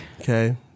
Okay